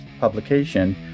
publication